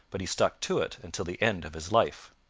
but he stuck to it until the end of his life.